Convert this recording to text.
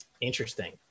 Interesting